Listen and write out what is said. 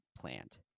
plant